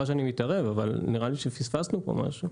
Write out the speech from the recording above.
נראה לי שפספסנו פה משהו.